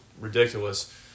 ridiculous